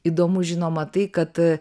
įdomu žinoma tai kad